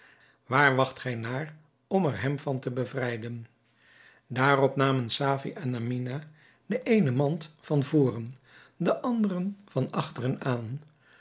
waar wacht gij naar om er hem van te bevrijden daarop namen safie en amine de eene de mand van voren de andere van achteren aan